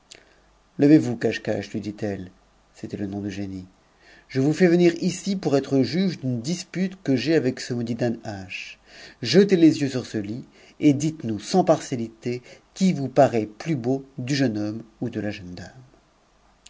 levez-vous caschcasch lui dit-elle c'était le nom du génie j vous fais venir ici pour être juge d'une dispute que j'ai avec ce n m danhasch jetez les yeux sur ce lit et dites-nous sans partiaiité qui v parait plus beau du jeune homme ou de la jeune dame